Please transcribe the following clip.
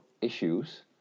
issues